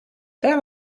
there